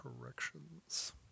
Corrections